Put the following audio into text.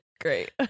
Great